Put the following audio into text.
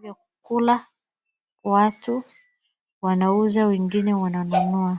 vya kukula. Watu wanauza wengine wananunua.